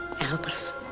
Albus